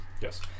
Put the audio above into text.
yes